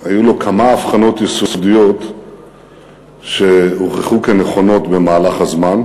אבל היו לו כמה אבחנות יסודיות שהוכחו כנכונות במהלך הזמן,